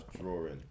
drawing